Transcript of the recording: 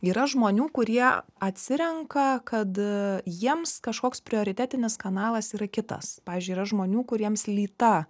yra žmonių kurie atsirenka kad jiems kažkoks prioritetinis kanalas yra kitas pavyzdžiui yra žmonių kuriems lyta